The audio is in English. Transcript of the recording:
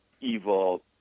evil